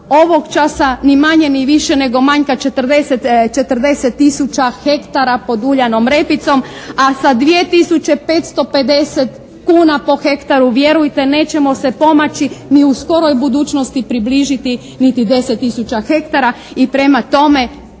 ovog časa ni manje ni više nego manjka 40 tisuća hektara pod uljanom repicom. A sa 2 tisuće 550 kuna po hektaru vjerujte nećemo se pomaći ni u skoroj budućnosti približiti niti 10 tisuća hektara. I prema tome,